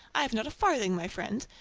i have not a farthing, my friend,